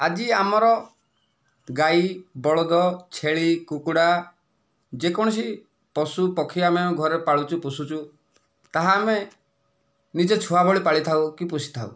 ଆଜି ଆମର ଗାଈ ବଳଦ ଛେଳି କୁକୁଡ଼ା ଯେ କୌଣସି ପଶୁ ପକ୍ଷୀ ଆମେ ଘରେ ପାଳୁଛୁ ପୋଷୁଛୁ ତାହା ଆମେ ନିଜ ଛୁଆ ଭଳି ପାଳିଥାଉ କି ପୋଷିଥାଉ